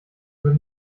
über